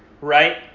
Right